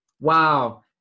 Wow